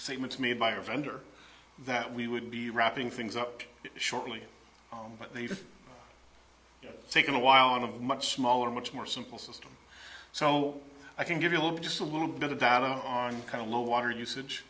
statements made by our vendor that we would be wrapping things up shortly but they've taken a while on a much smaller much more simple system so i can give you a little just a little bit of data on kind of low water usage